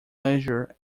leisure